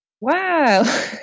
Wow